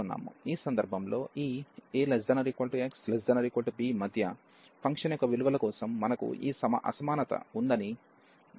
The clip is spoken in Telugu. ఈ సందర్భంలో ఈ ax≤b మధ్య ఫంక్షన్ యొక్క విలువల కోసం మనకు ఈ అసమానత ఉందని మళ్ళీ అనుకుందాం